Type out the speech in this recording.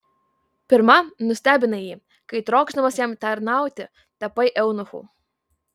pirma nustebinai jį kai trokšdamas jam tarnauti tapai eunuchu